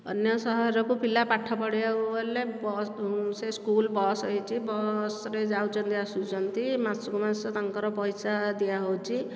ଅନ୍ୟ ସହରକୁ ପିଲା ପାଠ ପଢ଼ିବାକୁ ଗଲେ ବସ୍ ସେ ସ୍କୁଲ ବସ ହୋଇଛି ବସରେ ଯାଉଛନ୍ତି ଆସୁଛନ୍ତି ମାସକୁ ମାସ ତାଙ୍କର ପଇସା ଦିଆହେଉଛି